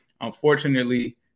Unfortunately